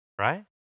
Right